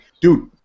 dude